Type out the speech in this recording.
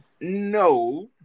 No